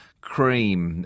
Cream